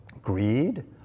greed